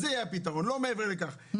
זה יהיה הפתרון, לא מעבר לכך.